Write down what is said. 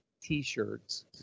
t-shirts